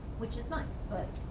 which is nice, but